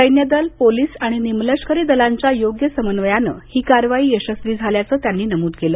सैन्यदल पोलिस आणि निमलष्करी दलांच्या योग्य समन्वयानं ही कारवाई यशस्वी झाल्याचं त्यांनी नमूद केलं